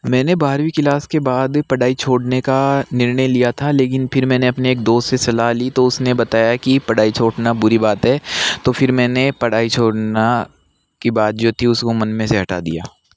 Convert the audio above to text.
मैंने बारवीं किलास के बाद पढ़ाई छोड़ने का निर्णय लिया था लेकिन फिर मैंने अपने एक दोस्त से सलाह ली तो उसने बताया कि पढ़ाई छोड़ना बुरी बात है तो फिर मैंने पढ़ाई छोड़ना की बात जो थी उसको मन में से हटा दिया